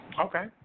Okay